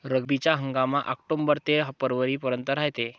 रब्बीचा हंगाम आक्टोबर ते फरवरीपर्यंत रायते